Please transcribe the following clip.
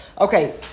Okay